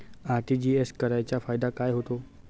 RTGS करण्याचा फायदा काय होतो?